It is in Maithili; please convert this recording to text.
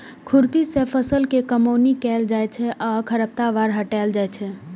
खुरपी सं फसल के कमौनी कैल जाइ छै आ खरपतवार हटाएल जाइ छै